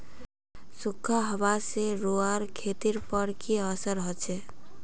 सुखखा हाबा से रूआँर खेतीर पोर की असर होचए?